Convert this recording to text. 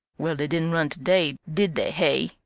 well, they didn't run t' day, did they, hey?